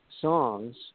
songs